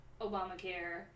Obamacare